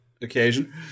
occasion